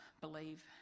believe